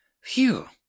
Phew